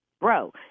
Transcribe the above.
Bro